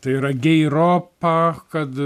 tai yra geiropa kad